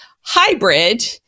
hybrid